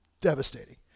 devastating